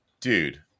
dude